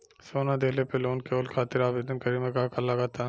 सोना दिहले पर लोन लेवे खातिर आवेदन करे म का का लगा तऽ?